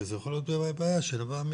כי יכולה להיות בעיה שנובעת